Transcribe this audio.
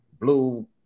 blue